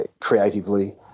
creatively